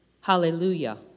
Hallelujah